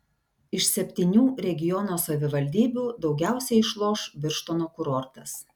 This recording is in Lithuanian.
iš septynių regiono savivaldybių daugiausiai išloš birštono kurortas